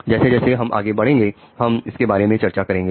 जैसे जैसे हम आगे बढ़ेंगे हम इसके बारे में चर्चा करेंगे